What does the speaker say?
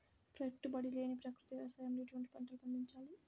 పెట్టుబడి లేని ప్రకృతి వ్యవసాయంలో ఎటువంటి పంటలు పండించాలి?